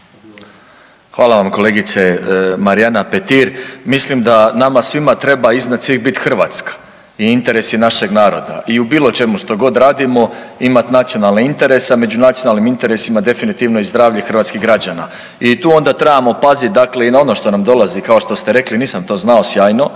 Hvala vam kolegice Marijana Petir. Mislim da nama svima treba iznad svih biti Hrvatska i interesi našeg naroda i u bilo čemu što god radimo imat nacionalne interese, a među nacionalnim interesima definitivno i zdravlje hrvatskih građana. I tu onda trebamo paziti dakle i na ono što nam dolazi kao što ste rekli, nisam to znao, sjajno